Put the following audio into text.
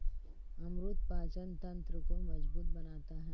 अमरूद पाचन तंत्र को मजबूत बनाता है